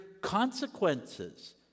consequences